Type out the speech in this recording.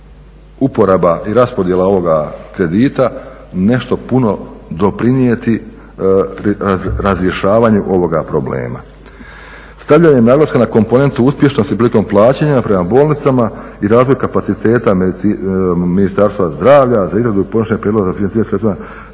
uporaba i raspodjela ovoga kredita nešto puno doprinijeti razrješavanju ovoga problema. Stavljanje naglaska na komponentu uspješnosti prilikom plaćanja prema bolnicama i razvoj kapaciteta Ministarstva zdravlja za izradu …/Govornik se ne razumije./…